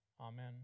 Amen